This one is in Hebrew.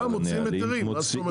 גם מוציאים היתרים, מה זאת אומרת.